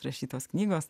rašytos knygos